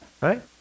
right